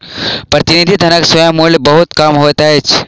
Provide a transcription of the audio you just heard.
प्रतिनिधि धनक स्वयं मूल्य बहुत कम होइत अछि